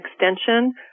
extension